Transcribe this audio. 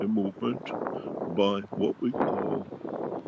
a movement by what we call